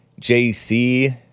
JC